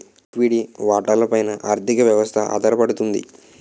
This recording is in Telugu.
లిక్విడి వాటాల పైన ఆర్థిక వ్యవస్థ ఆధారపడుతుంది